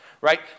right